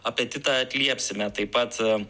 apetitą atliepsime taip pat